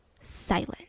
Silent